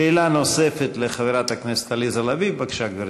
שאלה נוספת לחברת הכנסת עליזה לביא, בבקשה, גברתי.